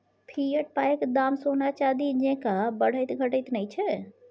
fiat पायक दाम सोना चानी जेंका बढ़ैत घटैत नहि छै